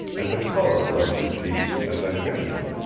and the color left her cheeks as i finished.